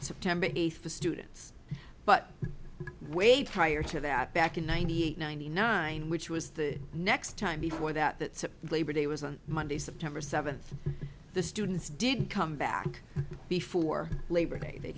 september eighth to students but way prior to that back in ninety eight ninety nine which was the next time before that the labor day was on monday september seventh the students didn't come back before labor day they